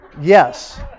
Yes